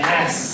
Yes